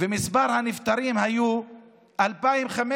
כשמספר הנפטרים היה 2,500,